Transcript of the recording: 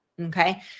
Okay